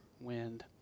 wind